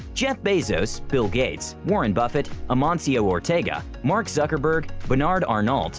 jeff bezos, bill gates, warren buffet, amancio ortega, mark zuckerberg, bernard arnault,